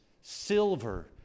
silver